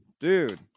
Dude